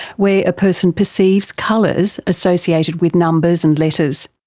where a person perceives colours associated with numbers and letters.